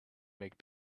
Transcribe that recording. make